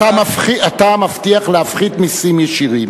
אתה מבטיח להפחית מסים ישירים